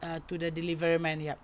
uh to the delivery man yup